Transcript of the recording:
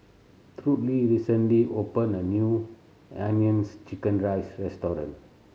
Trudy recently opened a new hainanese chicken rice restaurant